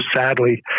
sadly